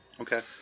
Okay